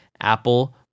Apple